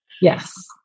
Yes